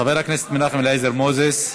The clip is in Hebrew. חבר הכנסת מנחם אליעזר מוזס,